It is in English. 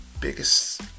biggest